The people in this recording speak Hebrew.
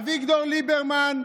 אביגדור ליברמן,